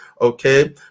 okay